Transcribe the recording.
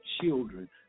children